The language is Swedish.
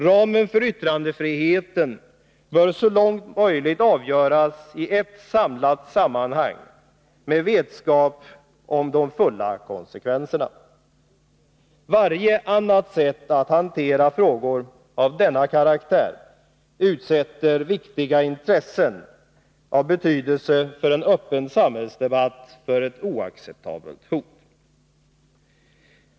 Ramen för yttrandefriheten bör så långt möjligt avgöras i ett samlat sammanhang och med full vetskap om konsekvenserna. Varje annat sätt att hantera frågor av denna karaktär utsätter vitala intressen, av betydelse för en öppen samhällsdebatt, för ett oacceptabelt hot. Fru talman!